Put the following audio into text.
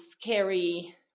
scary